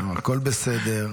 הכול בסדר.